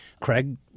Craig